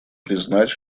признать